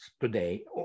today